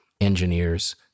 engineers